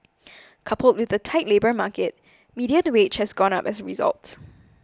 coupled with the tight labour market median wage has gone up as a result